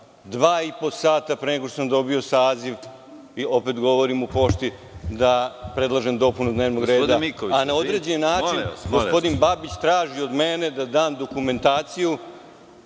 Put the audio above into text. po sata pre nego što sam dobio saziv. Opet govorim da predlažem dopunu dnevnog reda. Na određen način gospodin Babić traži od mene da dam dokumentaciju